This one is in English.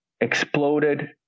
exploded